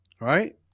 Right